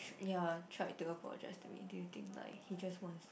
ya tried to approach as communicating do you think like he just wants to